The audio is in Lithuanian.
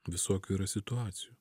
visokių yra situacijų